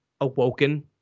awoken